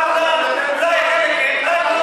למה לא?